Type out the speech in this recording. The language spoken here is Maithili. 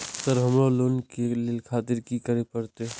सर हमरो लोन ले खातिर की करें परतें?